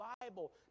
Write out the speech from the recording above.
Bible